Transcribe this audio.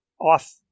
off